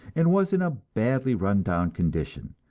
and was in a badly run down condition.